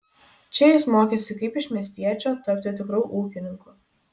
čia jis mokėsi kaip iš miestiečio tapti tikru ūkininku